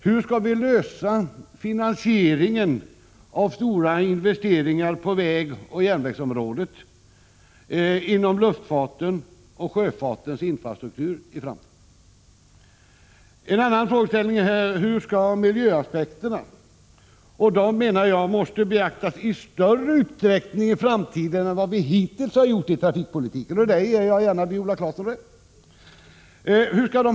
: Hur skall vi lösa finansieringen av stora investeringar på vägoch järnvägsområdet samt inom luftfartens och sjöfartens infrastruktur i framtiden? En annan fråga är hur miljöaspekterna skall vävas in i sammanhanget. Jag anser att de i framtiden måste beaktas i större utsträckning än hittills inom trafikpolitiken — på den punkten ger jag gärna Viola Claesson rätt.